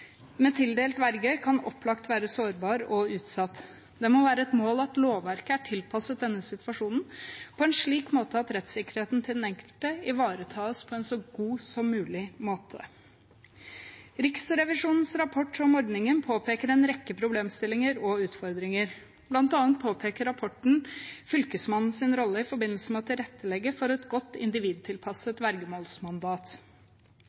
med tildelt verge kan opplagt være sårbar og utsatt. Det må være et mål at lovverket er tilpasset denne situasjonen på en slik måte at rettssikkerheten til den enkelte ivaretas på en så god måte som mulig. Riksrevisjonens rapport om ordningen påpeker en rekke problemstillinger og utfordringer. Blant annet påpeker rapporten Fylkesmannens rolle i forbindelse med å tilrettelegge for et godt